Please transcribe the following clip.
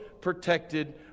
protected